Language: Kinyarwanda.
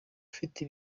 ufite